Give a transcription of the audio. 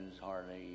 hardly